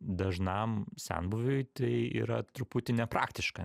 dažnam senbuviui tai yra truputį nepraktiška